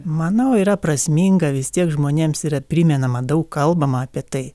manau yra prasminga vis tiek žmonėms yra primenama daug kalbama apie tai